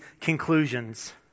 conclusions